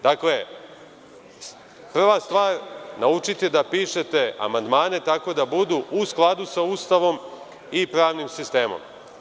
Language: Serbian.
Prva stvar, naučite da pišete amandmane tako da budu u skladu sa Ustavom i pravnim sistemom.